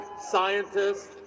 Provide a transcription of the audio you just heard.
scientists